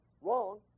wrong